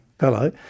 Hello